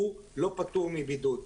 לא פטור מבידוד.